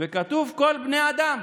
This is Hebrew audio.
וכתוב "כל בני האדם",